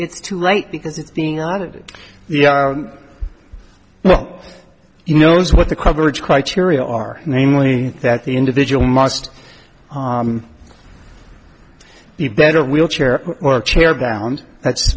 it's too late because it's being on it yeah well you know what the coverage criteria are namely that the individual must be better wheelchair or chair bound that's